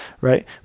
right